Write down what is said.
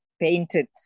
painted